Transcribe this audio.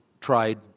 tried